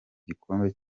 gikombe